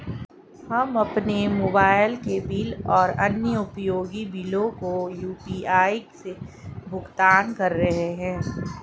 हम अपने मोबाइल के बिल और अन्य उपयोगी बिलों को यू.पी.आई से भुगतान कर रहे हैं